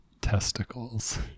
testicles